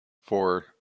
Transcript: for